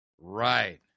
Right